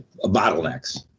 bottlenecks